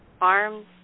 arms